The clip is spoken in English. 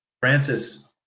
Francis